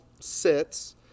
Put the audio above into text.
sits